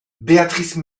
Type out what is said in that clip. béatrice